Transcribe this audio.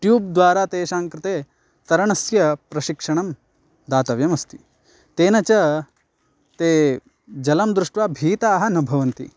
ट्यूब्द्वारा तेषां कृते तरणस्य प्रशिक्षणं दातव्यमस्ति तेन च ते जलं दृष्ट्वा भीताः न भवन्ति